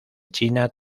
china